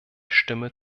stimme